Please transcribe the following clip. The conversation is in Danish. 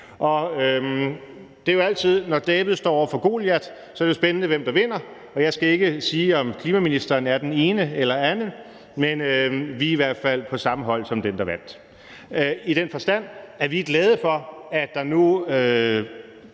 det her. Når David står over for Goliat, er det jo spændende, hvem der vinder. Og jeg skal ikke sige, om klimaministeren er den ene eller anden, men vi er i hvert fald på samme hold som dem, der vandt, i den forstand at vi er glade for, at en